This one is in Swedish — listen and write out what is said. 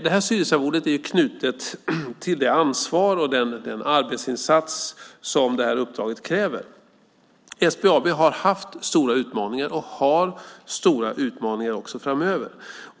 Det här styrelsearvodet är knutet till det ansvar och den arbetsinsats som det här uppdraget kräver. SBAB har haft stora utmaningar och har stora utmaningar också framöver.